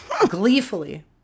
gleefully